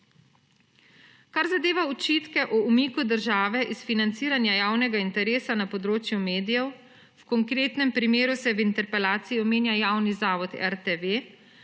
Kar zadeva očitke o umiku države iz financiranja javnega interesa na področju medijev, v konkretnem primeru se v interpelaciji omenja javni zavod RTV,